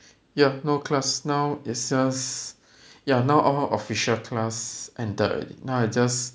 ya no class now it's just ya now all official class ended already now it's just